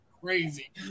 Crazy